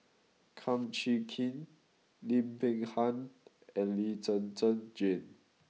Kum Chee Kin Lim Peng Han and Lee Zhen Zhen Jane